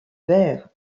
verres